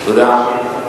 תודה.